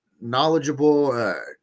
knowledgeable